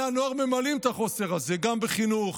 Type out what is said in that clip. בני הנוער ממלאים את החוסר הזה, גם בחינוך,